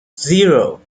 zero